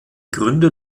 gründe